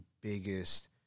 biggest